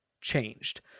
changed